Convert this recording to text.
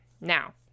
Now